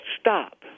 stop